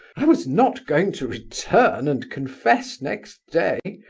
i was not going to return and confess next day,